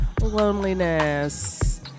loneliness